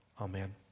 amen